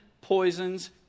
poisons